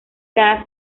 cada